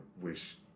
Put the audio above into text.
wish